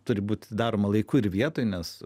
turi būti daroma laiku ir vietoj nes